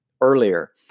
earlier